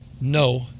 no